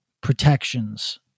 protections